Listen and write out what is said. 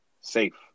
safe